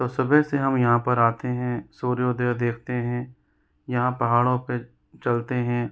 तो सुबह से हम यहाँ आते हैं सूर्योदय देखते हैं यहाँ पहाड़ों पर चलते हैं